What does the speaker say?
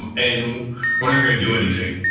and we're not gonna do anything.